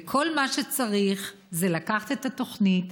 וכל מה שצריך זה לקחת את התוכנית,